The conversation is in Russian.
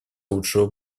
лучшего